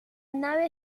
nave